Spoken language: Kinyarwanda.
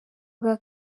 bwa